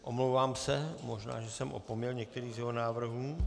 Omlouvám se, možná že jsem opomněl některý z jeho návrhů.